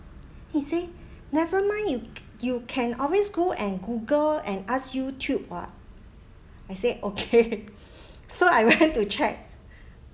he say never mind you c~ you can always go and google and ask youtube [what] I said okay so I went to check